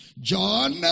John